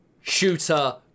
Shooter